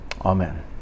amen